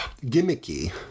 gimmicky